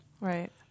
Right